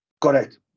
Correct